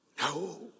No